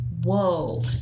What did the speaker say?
whoa